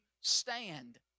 stand